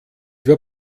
wir